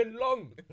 long